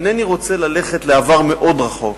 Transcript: אינני רוצה ללכת לעבר המאוד רחוק,